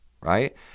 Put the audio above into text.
right